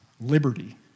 liberty